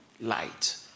light